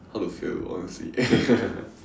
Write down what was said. how to fail honestly